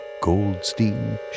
Goldstein